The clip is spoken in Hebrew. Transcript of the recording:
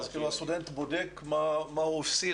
אז הסטודנט בודק מה הוא הפסיד,